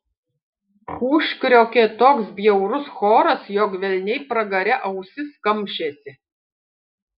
užkriokė toks bjaurus choras jog velniai pragare ausis kamšėsi